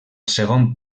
segon